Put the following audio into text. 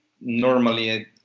normally